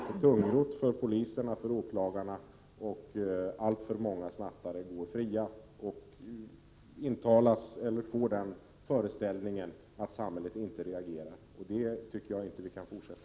Det är tungrott för poliserna och åklagarna, och alltför många snattare går fria och får föreställningen att samhället inte reagerar. På det sättet tycker jag inte att det kan fortsätta.